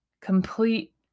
complete